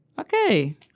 Okay